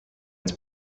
its